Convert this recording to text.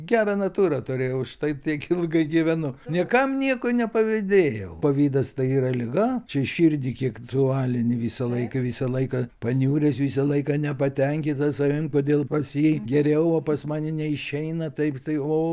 gerą natūrą turėjau už tai tiek ilgai gyvenu niekam nieko nepavydėjau pavydas tai yra liga čia širdį kiek tu alini visą laiką visą laiką paniuręs visą laiką nepatenkintas savim kodėl pas jį geriau o pas mane neišeina taip tai o